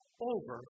over